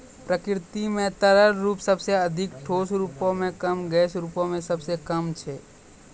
प्रकृति म तरल रूप सबसें अधिक, ठोस रूपो म कम, गैस रूपो म सबसे कम छै